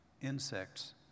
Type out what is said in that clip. insects